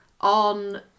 on